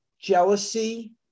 jealousy